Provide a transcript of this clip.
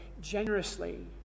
generously